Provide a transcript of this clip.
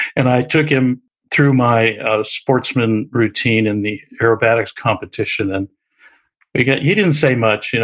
and i took him through my sportsman routine in the aerobatics competition. and he he didn't say much, you know